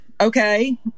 okay